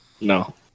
No